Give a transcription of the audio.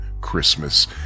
Christmas